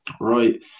Right